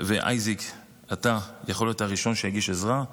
ואייזיק, אתה יכול להיות הראשון שיגיש עזרה.